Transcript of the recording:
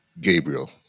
Gabriel